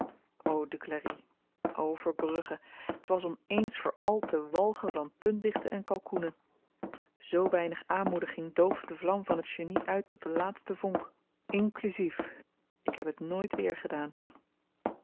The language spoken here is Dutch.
duclari o verbrugge t was om eens voor al te walgen van puntdichten en kalkoenen zo weinig aanmoediging dooft de vlam van t genie uit tot de laatste vonk inkluzief ik heb t nooit weer